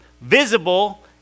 visible